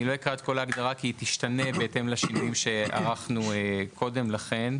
אני לא אקרא את כל ההגדרה כי היא תשתנה בהתאם לשינויים שערכנו קודם לכן.